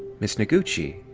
ms. noguchi,